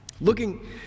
Looking